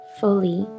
fully